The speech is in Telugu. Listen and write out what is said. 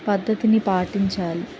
పద్ధతిని పాటించాలి